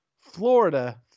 Florida